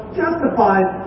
justified